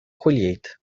colheita